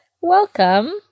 Welcome